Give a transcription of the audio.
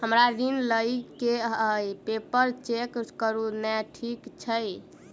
हमरा ऋण लई केँ हय पेपर चेक करू नै ठीक छई?